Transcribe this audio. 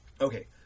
Okay